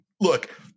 look